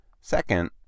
Second